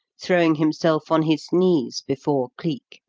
throwing himself on his knees before cleek.